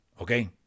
Okay